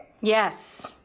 Yes